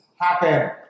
happen